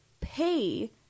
pay